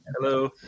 Hello